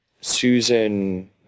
Susan